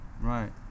Right